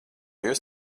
jūs